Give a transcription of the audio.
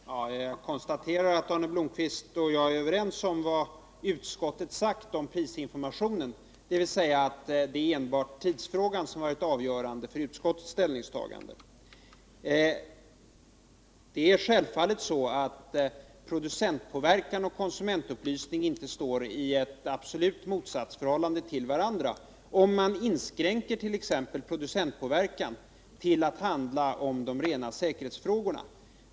Herr talman! Jag konstaterar att Arne Blomkvist och jag är överens om vad utskottet har sagt om prisinformationen, dvs. att det är enbart tidsfrågan som har varit avgörande för utskottets ställningstagande. Det är självfallet så att producentpåverkan och konsumentupplysning inte står i något absolut motsatstörhållande till varandra, om man inskränker t.ex. producentpåverkan till att handla om rena säkerhetsfrågor.